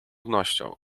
wnością